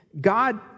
God